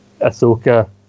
Ahsoka